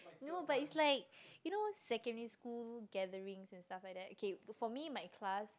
no but it's like you know secondary school gatherings and stuff like that K for me my class